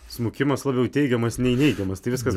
smukimas labiau teigiamas nei neigiamas tai viskas